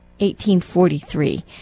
1843